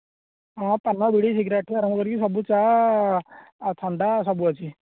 ହଁ ପାନ ବିଡ଼ି ସିଗାରେଟ ଠୁ ଆରମ୍ଭ କରି ଚାହା ଥଣ୍ଡା ସବୁ ଅଛି